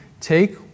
take